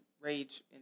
rage